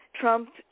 Trump